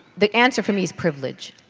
the answer for me is privilege.